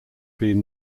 been